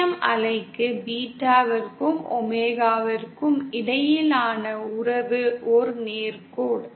TEM அலைக்கு பீட்டாவிற்கும் ஒமேகாவிற்கும் இடையிலான உறவு ஒரு நேர் கோடு